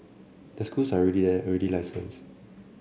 the schools are already there already licensed